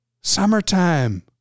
summertime